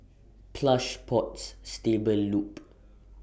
Plush Pods Stable Loop